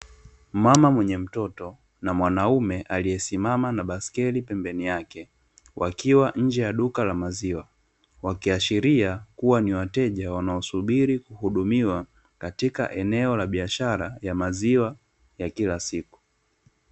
Mama mwenye mtoto na mwanaume aliyesimama na baiskeli pembeni yake, wakiwa nje ya duka la maziwa. Wakiashiria kuwa ni wateja wanaosubiri kuhudumiwa, katika eneo la biashara ya maziwa ya kila siku.